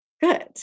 good